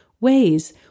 ways